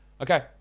Okay